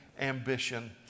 ambition